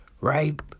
right